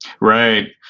Right